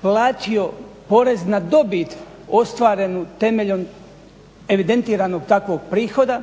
platio porez na dobit ostvarenu temeljem evidentiranog takvog prihoda,